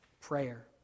prayer